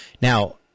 Now